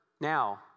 Now